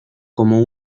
como